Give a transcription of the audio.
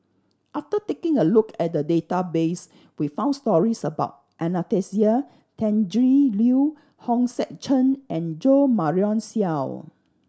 after taking a look at the database we found stories about Anastasia Tjendri Liew Hong Sek Chern and Jo Marion Seow